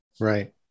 Right